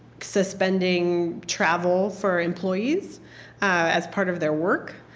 suspending travel for employees as part of their work.